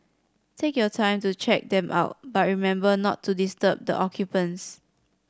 take your time to check them out but remember not to disturb the occupants